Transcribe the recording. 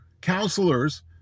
counselors